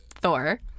Thor